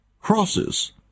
crosses